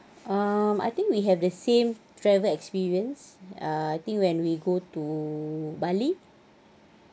um I think we have the same travel experience ya uh I think when we go to bali